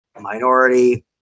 minority